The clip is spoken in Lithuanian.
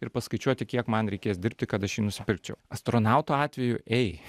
ir paskaičiuoti kiek man reikės dirbti kad aš jį nusipirkčiau astronautų atveju ei